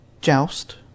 Joust